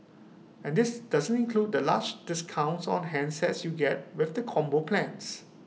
and this doesn't include the large discounts on handsets you get with the combo plans